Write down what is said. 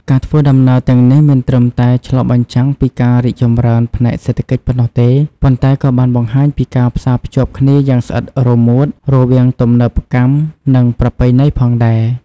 ការធ្វើដំណើរទាំងនេះមិនត្រឹមតែឆ្លុះបញ្ចាំងពីការរីកចម្រើនផ្នែកសេដ្ឋកិច្ចប៉ុណ្ណោះទេ ប៉ុន្តែក៏បានបង្ហាញពីការផ្សារភ្ជាប់គ្នាយ៉ាងស្អិតរមួតរវាងទំនើបកម្ម និងប្រពៃណីផងដែរ។